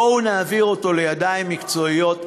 בואו נעביר אותו לידיים מקצועיות.